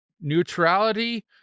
neutrality